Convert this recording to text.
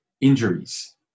injuries